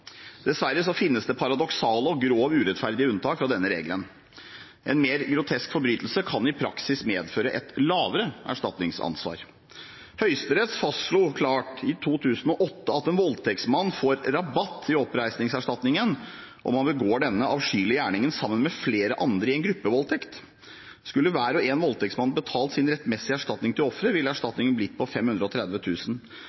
Dessverre finnes det paradoksale og grovt urettferdige unntak fra denne regelen. En mer grotesk forbrytelse kan i praksis medføre et lavere erstatningsansvar. Høyesterett fastslo klart i 2008 at en voldtektsmann får rabatt i oppreisningserstatningen om han begår denne avskyelige gjerningen sammen med flere andre i en gruppevoldtekt. Skulle hver og en voldtektsmann betalt sin rettmessige erstatning til offeret, ville